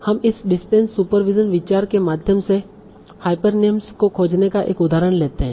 हम इस distant supervision विचार के माध्यम से हाइपरनीम्स को खोजने का एक उदाहरण लेते हैं